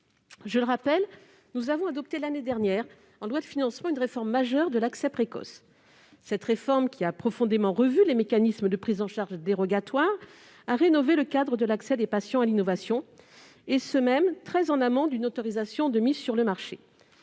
dernière, nous avons adopté, en loi de financement de la sécurité sociale, une réforme majeure de l'accès précoce. Cette réforme, qui a profondément revu les mécanismes de prise en charge dérogatoire, a rénové le cadre de l'accès des patients à l'innovation, et ce même très en amont d'une autorisation de mise sur le marché